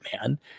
man